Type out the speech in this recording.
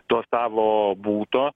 to savo buto